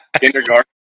kindergarten